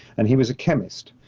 and he was a chemist,